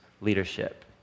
leadership